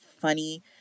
funny